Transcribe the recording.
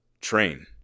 Train